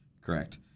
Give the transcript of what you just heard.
Correct